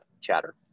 chatter